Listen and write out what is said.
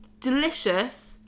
delicious